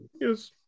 Yes